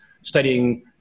studying